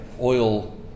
oil